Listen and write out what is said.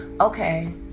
okay